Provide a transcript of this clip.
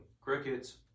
Crickets